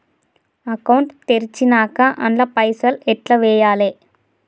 Account తెరిచినాక అండ్ల పైసల్ ఎట్ల వేయాలే?